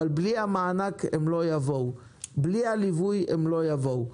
אבל בלי המענק הם לא יבואו; בלי הליווי הם לא יבואו,